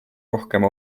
rohkem